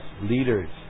leaders